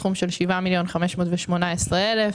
סכום של 7,518,000 שקלים,